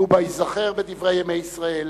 לובה ייזכר בדברי ימי ישראל